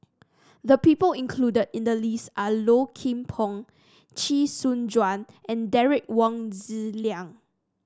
the people included in the list are Low Kim Pong Chee Soon Juan and Derek Wong Zi Liang